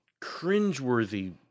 cringeworthy